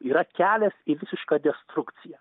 yra kelias į visišką destrukciją